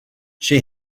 she